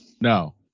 No